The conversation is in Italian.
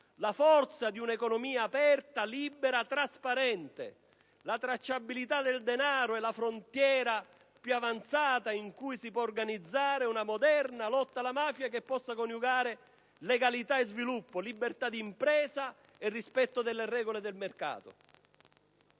la forza di un'economia aperta, libera e trasparente. La tracciabilità del denaro è infatti la frontiera più avanzata su cui si può organizzare una moderna lotta alla mafia che possa coniugare legalità e sviluppo, libertà d'impresa e rispetto delle regole di mercato.